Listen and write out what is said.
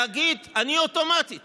להגיד: אני אוטומטית